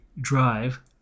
drive